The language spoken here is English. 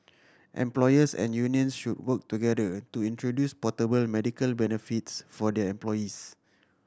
employers and unions should work together to introduce portable medical benefits for their employees